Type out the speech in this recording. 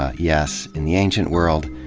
yes, in the ancient world,